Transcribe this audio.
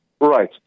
Right